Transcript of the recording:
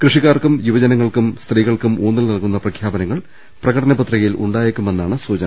കൃഷിക്കാർക്കും യുവജനങ്ങൾക്കും സ്ത്രീകൾക്കുംഊന്നൽ നൽകുന്ന പ്രഖ്യാപനങ്ങൾ പ്രകടനപത്രികയിൽ ഉണ്ടായേക്കുമെന്നാണ് സൂചന